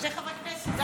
זה חברי כנסת.